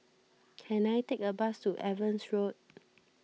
can I take a bus to Evans Road